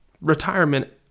retirement